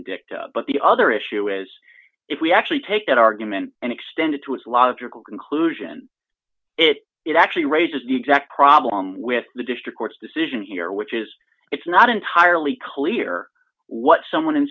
and dicta but the other issue is if we actually take that argument and extended to its logical conclusion it is actually raises the exact problem with the district court's decision here which is it's not entirely clear what someone in